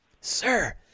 Sir